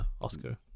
Oscar